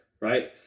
right